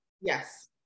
Yes